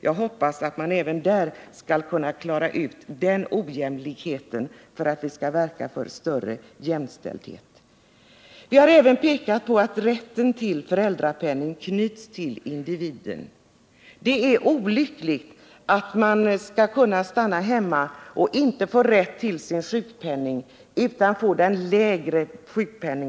Jag hoppas att man även inom folkpartiet skall kunna klara ut den här ojämlikheten och verka för större jämställdhet. Vi har även pekat på att rätten till föräldrapenning bör knytas till individen. Det är olyckligt att man inte skall kunna stanna hemma och få rätt till sin vanliga sjukpenning utan i stället får en lägre sjukpenning.